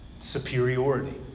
Superiority